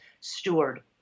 steward